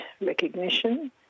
recognition